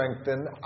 strengthen